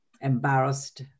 embarrassed